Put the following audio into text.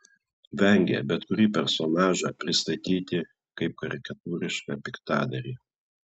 vengė bet kurį personažą pristatyti kaip karikatūrišką piktadarį